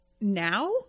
now